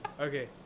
okay